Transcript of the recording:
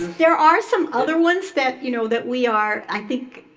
there are some other ones that, you know, that we are, i think,